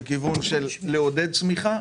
בכיוון של לעודד צמיחה,